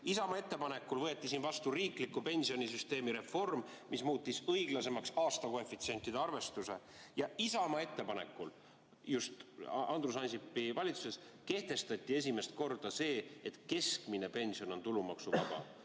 Isamaa ettepanekul võeti siin vastu riikliku pensionisüsteemi reform, mis muutis õiglasemaks aastakoefitsientide arvestuse. Ja Isamaa ettepanekul Andrus Ansipi valitsuses kehtestati esimest korda see, et keskmine pension on tulumaksuvaba.